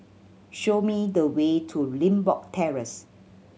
show me the way to Limbok Terrace